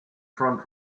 front